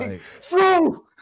throw